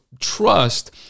trust